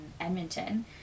Edmonton